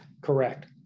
correct